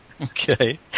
Okay